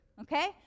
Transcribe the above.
okay